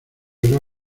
era